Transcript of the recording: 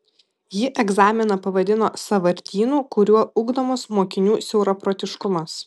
ji egzaminą pavadino sąvartynu kuriuo ugdomas mokinių siauraprotiškumas